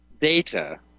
data